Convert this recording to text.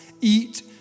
eat